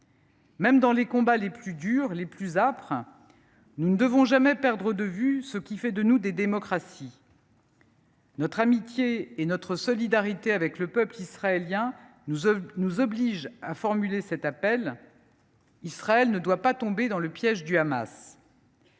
Même dans les combats les plus durs, les plus âpres, nous ne devons jamais perdre de vue ce qui fait de nous des démocraties. Notre amitié et notre solidarité avec le peuple israélien nous obligent à formuler cet appel : Israël ne doit pas tomber dans le piège du Hamas.